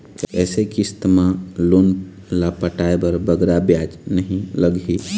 कइसे किस्त मा लोन ला पटाए बर बगरा ब्याज नहीं लगही?